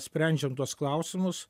sprendžiam tuos klausimus